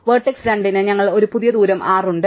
അതിനാൽ വെർട്ടെക്സ് 2 ന് ഞങ്ങൾക്ക് ഒരു പുതിയ ദൂരം 6 ഉണ്ട്